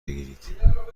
بگیرید